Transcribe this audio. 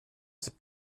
gibt